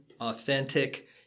authentic